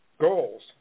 goals